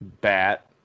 bat